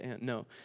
No